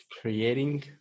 Creating